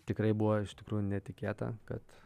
tikrai buvo iš tikrųjų netikėta kad